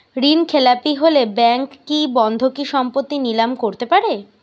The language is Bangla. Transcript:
ঋণখেলাপি হলে ব্যাঙ্ক কি বন্ধকি সম্পত্তি নিলাম করতে পারে?